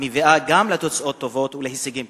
מביאה גם לתוצאות טובות ולהישגים טובים.